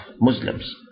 Muslims